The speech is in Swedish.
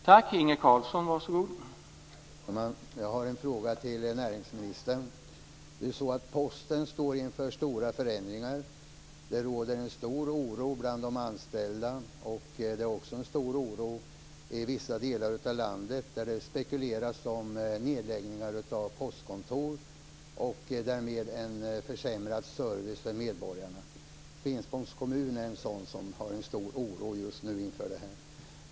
Herr talman! Jag har en fråga till näringsministern. Posten står inför stora förändringar. Det råder stor oro bland de anställda. Det råder också stor oro i vissa delar av landet där det spekuleras om nedläggningar av postkontor och därmed en försämrad service för medborgarna. Finspångs kommun är en sådan kommun där det råder stor oro just nu inför detta.